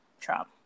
Trump